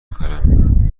بخرم